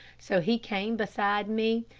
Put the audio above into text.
so he came beside me,